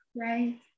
right